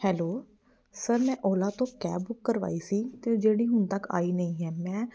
hello sir ਮੈਂ ਓਲਾ ਤੋਂ cab book ਕਰਵਾਈ ਸੀ ਅਤੇ ਜਿਹੜੀ ਹੁਣ ਤੱਕ ਆਈ ਨਹੀਂ ਹੈ ਮੈਂ